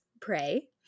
pray